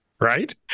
Right